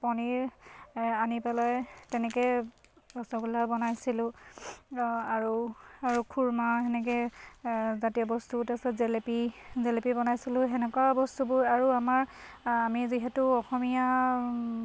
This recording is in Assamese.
পনীৰ আনি পেলাই তেনেকৈ ৰসগোল্লা বনাইছিলোঁ আৰু আৰু খুৰমা সেনেকৈ জাতীয় বস্তু তাৰপিছত জেলেপী জেলেপী বনাইছিলোঁ সেনেকুৱা বস্তুবোৰ আৰু আমাৰ আমি যিহেতু অসমীয়া